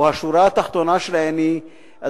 או השורה התחתונה שלהן היא,